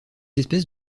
espèces